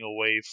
away